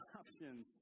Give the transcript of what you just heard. options